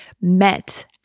met